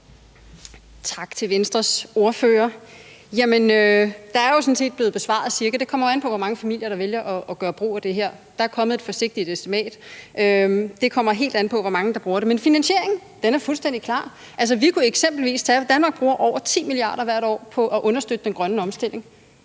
Tak til Venstres ordfører. Jamen det er jo sådan cirka blevet besvaret. Det kommer an på, hvor mange familier der vælger at gøre brug af det her. Der er kommet et forsigtigt estimat, men det kommer helt an på, hvor mange der bruger det. Men finansieringen er fuldstændig klar. Altså, Danmark bruger over 10 mia. kr. hvert år på at understøtte den grønne omstilling,